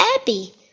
Abby